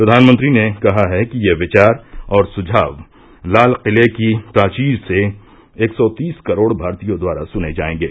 प्रधानमंत्री ने कहा है कि ये विचार और सुझाव लाल किले की प्राचीर से एक सौ तीस करोड़ भारतीयों द्वारा सुने जायेंगे